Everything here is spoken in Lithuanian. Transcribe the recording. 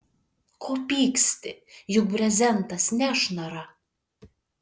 ko pyksti juk brezentas nešnara